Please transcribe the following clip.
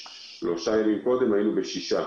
ושלושה ימים קודם עמדנו על שישה.